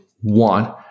one